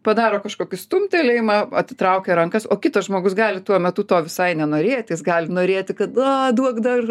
padaro kažkokį stumtelėjimą atitraukia rankas o kitas žmogus gali tuo metu to visai nenorėti jis gali norėti kad a duok dar